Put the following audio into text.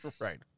right